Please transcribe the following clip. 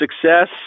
Success